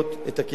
את הכדאיות,